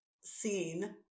seen